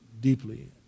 deeply